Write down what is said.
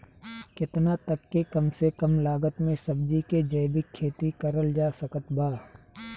केतना तक के कम से कम लागत मे सब्जी के जैविक खेती करल जा सकत बा?